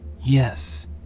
yes